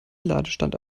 ladestand